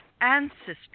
ancestors